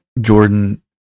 Jordan